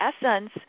essence